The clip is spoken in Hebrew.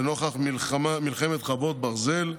נוכח מלחמת חרבות ברזל,